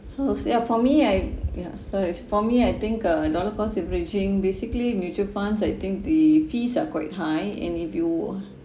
so as yup for me I ya so as for me I think uh dollar cost averaging basically mutual funds I think the fees are quite high and if you